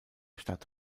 stadt